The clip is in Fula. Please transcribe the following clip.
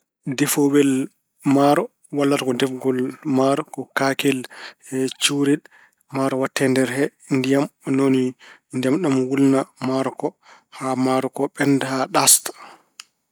Ndefoowel maaro wallata ko defgol maaro. Ko kaakel cuurel. Maaro waɗate e nder he, ndiyam ni woni ndiyam ɗam wulna maaro ko haa maaro ko ɓennda haa ɗaasɗa.